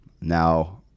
Now